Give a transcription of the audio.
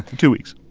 two weeks.